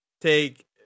take